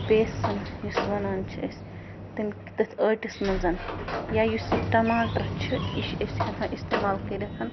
بیسَن یُس وَنان چھِ أسۍ تَمہِ کہِ تٔتھۍ ٲٹِس منٛز یا یُس یہِ ٹماٹر چھِ یہِ چھِ أسۍ ہٮ۪کان استعمال کٔرِتھ